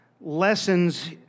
lessons